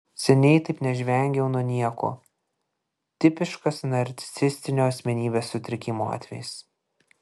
seniai taip nežvengiau nuo nieko tipiškas narcisistinio asmenybės sutrikimo atvejis